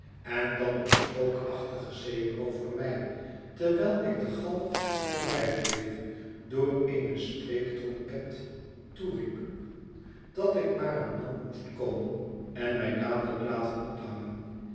en dat een spookachtige zeeroover mij terwijl ik de galg voorbijdreef door eene spreektrompet toeriep dat ik maar aan land moest komen en mij dadelijk laten ophangen